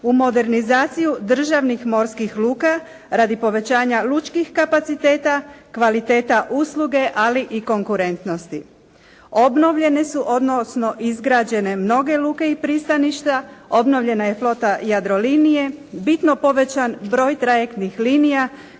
u modernizaciju državnih morskih luka radi povećanja lučkih kapaciteta, kvaliteta usluge ali i konkurentnosti. Obnovljene su, odnosno izgrađene mnoge luke i pristaništa, obnovljena je flota "Jadrolinije", bitno povećan broj trajektnih linija,